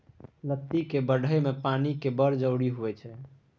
लत्ती केर बढ़य मे पानिक बड़ जरुरी होइ छै